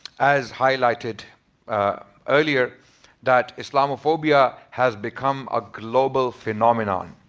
as highlighted earlier that islamophobia has become a global phenomenon.